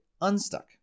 unstuck